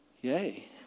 Yay